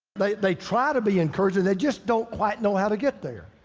they they try to be encouraging, they just don't quite know how to get there.